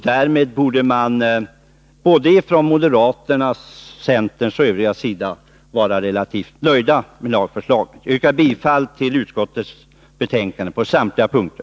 Därmed borde moderaterna, centern och även de övriga vara relativt nöjda med lagförslaget. Herr talman! Jag yrkar bifall till utskottets hemställan på samtliga punkter.